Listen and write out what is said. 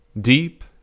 deep